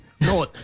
No